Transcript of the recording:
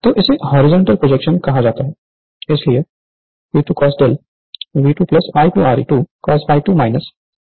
तो इसे horizontal projection कहा जाता है इसलिए E 2 cos δ V2 I2Re2cos∅2 I2Xe2 sin∅2 होगा